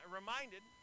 reminded